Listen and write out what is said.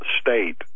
state